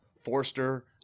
forster